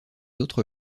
autres